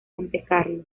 montecarlo